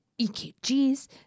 EKGs